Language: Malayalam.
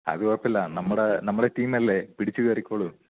അത് കുഴപ്പം ഇല്ല നമ്മുടെ നമ്മുടെ ടീമല്ലേ പിടിച്ച് കയറിക്കോളും